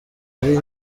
ari